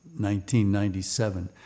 1997